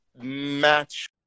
match